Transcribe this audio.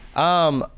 um,